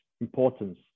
importance